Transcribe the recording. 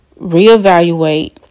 reevaluate